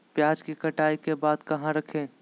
प्याज के कटाई के बाद कहा रखें?